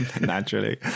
naturally